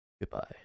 goodbye